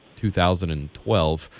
2012